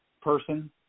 person